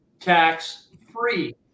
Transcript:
tax-free